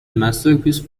masterpiece